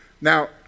Now